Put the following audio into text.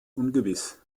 ungewiss